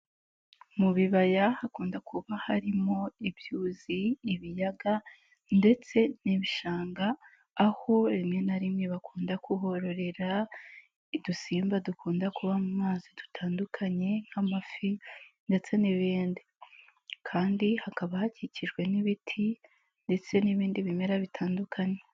Mu bibaya hakunda kuba harimo ibyuzi, ibiyaga ndetse n'ibishanga, aho rimwe na rimwe bakunda kuhororera udusimba dukunda kuba mu amazi dutandukanye nk'amafi ndetse n'ibindi kandi hakaba hakikijwe n'ibiti ndetse n'ibindi bimera bitandukanye.